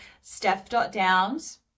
steph.downs